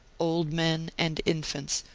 old men and infants,